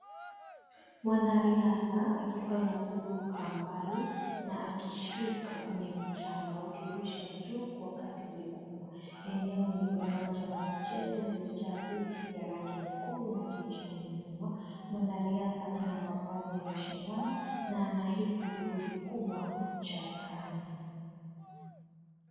Mwanariadha akifanya kuruka mbali na akishuka kwenye mchanga ukirusha juu kwa kazi kikubwa eneo ni uwanja wa mchezo uliojaa viti vya rangi nyekundu na kijani nyuma, mwanariadha ana mavazi ya mashindano na anahisi juhudi kubwa mchakani.